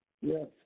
yes